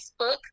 Facebook